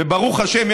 וברוך השם,